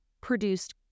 produced